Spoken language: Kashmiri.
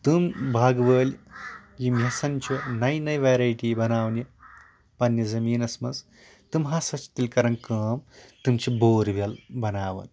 تٕم باغ وٲلۍ یِم یِژھان چھِ نیہِ نیہِ ویرایٹی بَناونہِ پَنٕنہِ زمیٖنَس منٛز تِم ہسا چھِ تیٚلہِ کران کٲم تِم چھِ بورویٚل بَناوان